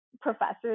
professors